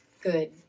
good